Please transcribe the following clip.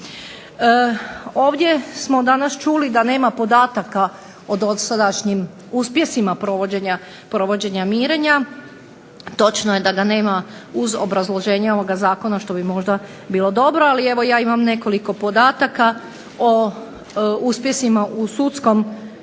Ovdje smo danas čuli da nema podataka u dosadašnjim uspjesima provođenja mirenja, točno je da ga nema uz obrazloženje ovog Zakona što bi možda bilo dobro, ali evo ja imam nekoliko podataka o mirenjima u sudskom